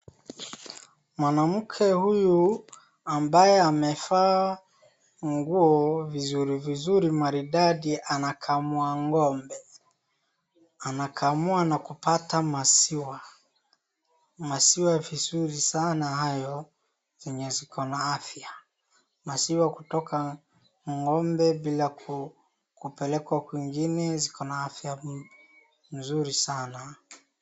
Mwanamke huyu ambaye amevaa nguo vizuri vizuri maridadimaridadi anakamua ng'ombe, anakamua na kupata maziwa, maziwa vizuri sana hayo zenye ziko na afya, maziwa kutoka ng'ombe bila kupelekwa kwingine ziko na afya mzuri sanaa.